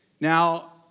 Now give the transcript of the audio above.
Now